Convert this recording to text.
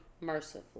mercifully